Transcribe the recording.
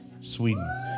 Sweden